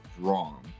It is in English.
wrong